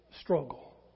struggle